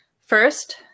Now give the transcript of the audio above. First